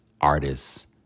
artists